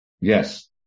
Yes